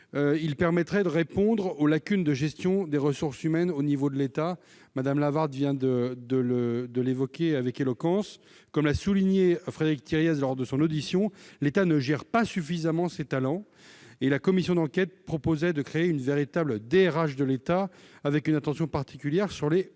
permettrait de répondre aux lacunes de la gestion des ressources humaines au sein de l'État, Mme Lavarde vient de l'évoquer avec éloquence. Frédéric Thiriez l'a souligné durant son audition, l'État ne gère pas suffisamment ses talents, et la commission d'enquête proposait de créer une véritable DRH de l'État, avec une attention particulière portée aux hauts